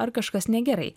ar kažkas negerai